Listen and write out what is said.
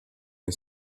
his